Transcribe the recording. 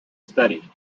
study